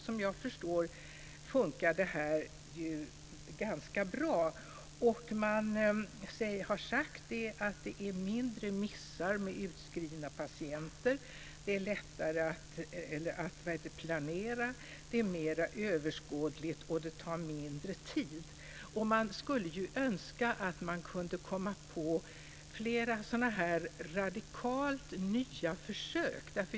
Vad jag förstår fungerar detta bra. Det har sagts att det är färre missar med utskrivna patienter. Det är lättare att planera. Det är mer överskådligt, och det tar mindre tid. Man skulle ju önska att man kunde komma på fler radikalt nya försök.